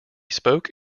spoke